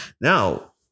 Now